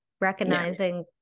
recognizing